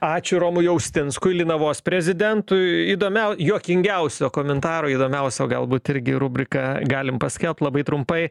ačiū romui austinskui linavos prezidentui įdomiau juokingiausio komentaro įdomiausio galbūt irgi rubriką galim paskelbt labai trumpai